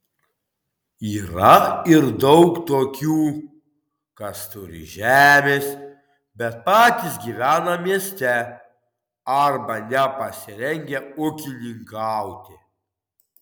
yra ir daug tokių kas turi žemės bet patys gyvena mieste arba nepasirengę ūkininkauti